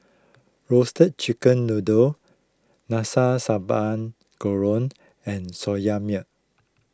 Roasted Chicken Noodle Nasi Sambal Goreng and Soya Milk